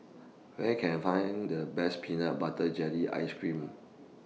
Where Can I Find The Best Peanut Butter Jelly Ice Cream